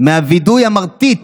מהווידוי המרטיט